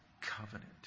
covenant